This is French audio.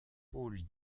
pôle